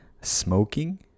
smoking